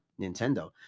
nintendo